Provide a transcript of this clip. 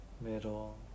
middle